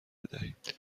بدهید